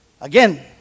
Again